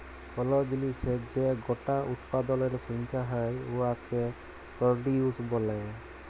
call জিলিসের যে গটা উৎপাদলের সংখ্যা হ্যয় উয়াকে পরডিউস ব্যলে